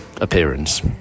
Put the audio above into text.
appearance